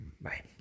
Bye